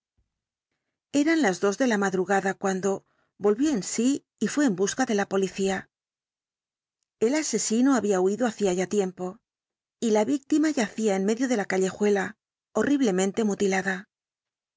eran las dos de la madrugada cuando volvió en sí y fué en busca de la policía el asesino había huido hacía ya tiempo y la víctima yacía en medio de la calle el dr jekyll juela horriblemente mutilada